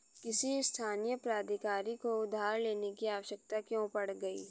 किसी स्थानीय प्राधिकारी को उधार लेने की आवश्यकता क्यों पड़ गई?